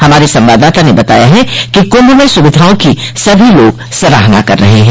हमारे संवाददाता ने बताया है कि कुंभ में सुविधाओं की सभी लोग सराहना कर रहे हैं